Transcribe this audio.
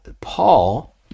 Paul